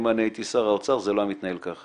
אם אני הייתי שר האוצר זה לא היה מתנהל ככה,